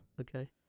Okay